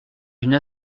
une